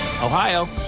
Ohio